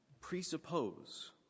presuppose